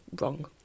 wrong